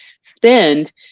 spend